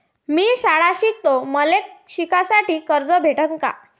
मी शाळा शिकतो, मले शिकासाठी कर्ज भेटन का?